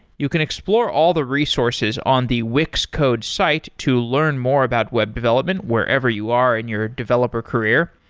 you can explore all the resources on the wix code's site to learn more about web development wherever you are in your developer career.